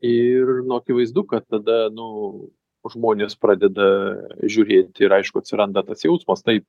ir nu akivaizdu kad tada nu žmonės pradeda žiūrėti ir aišku atsiranda tas jausmas tai